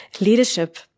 leadership